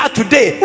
today